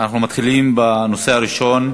אנחנו מתחילים בנושא הראשון: